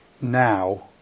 now